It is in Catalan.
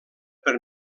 per